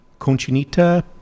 conchinita